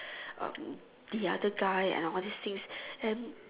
um the other guy and all these things and